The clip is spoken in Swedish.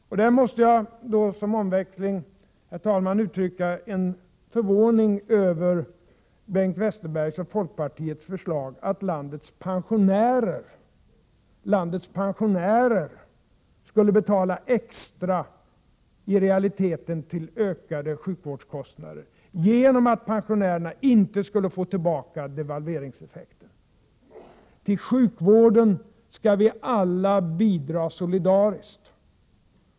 På den punkten måste jag, som omväxling, herr talman, uttrycka min förvåning över Bengt Westerbergs och folkpartiets förslag att landets pensionärer skulle betala extra, i realiteten för att täcka ökade sjukvårdskostnader, genom att de inte skulle få tillbaka vad de förlorade på devalveringseffekten. Till sjukvården skall vi alla bidra solidariskt.